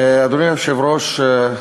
אדוני היושב-ראש,